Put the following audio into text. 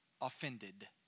offended